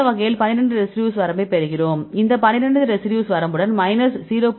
இந்த வகையில் 12 ரெசிடியூ வரம்பைப் பெறுகிறோம் இந்த 12 ரெசிடியூ வரம்புடன் மைனஸ் 0